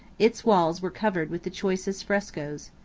its walls were covered with choicest frescos.